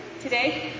today